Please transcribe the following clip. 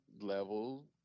level